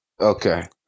Okay